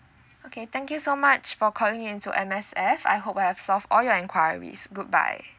okay thank you so much for calling in to M_S_F I hope I have solved all your enquiries good bye